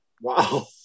Wow